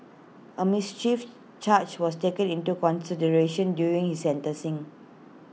A mischief charge was taken into consideration during his sentencing